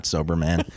Soberman